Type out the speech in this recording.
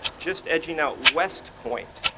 just edging out west point.